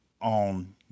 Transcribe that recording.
on